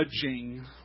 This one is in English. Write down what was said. judging